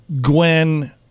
Gwen